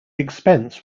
expense